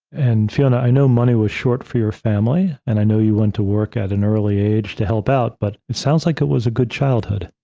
and fiona, i know, money was short for your family. and i know you went to work at an early age to help out, but it sounds like it was a good childhood.